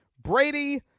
Brady